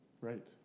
Right